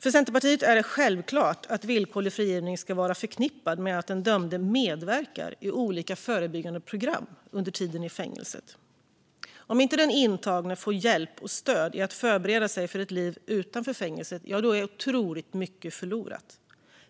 För Centerpartiet är det självklart att en villkorlig frigivning ska vara förknippad med att den dömde medverkar i olika förebyggande program under tiden i fängelset. Om inte den intagne får hjälp och stöd för att förbereda sig för ett liv utanför fängelset är otroligt mycket förlorat.